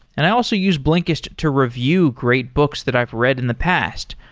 and i also use blinkist to review great books that i've read in the past,